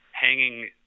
hanging